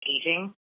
aging